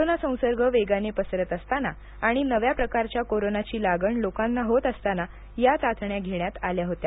कोरोनाचा संसर्ग वेगाने पसरत असताना आणि नव्या प्रकारच्या कोरोनाची लागण लोकांना होत असताना या चाचण्या घेण्यात आल्या होत्या